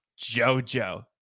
jojo